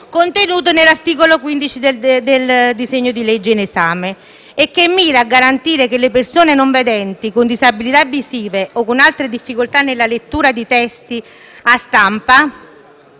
contenuta nell'articolo 15 del disegno di legge in esame, che mira a garantire che le persone non vedenti, con disabilità visive o con altre difficoltà nella lettura di testi a stampa,